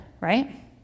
right